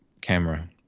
camera